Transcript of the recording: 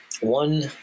one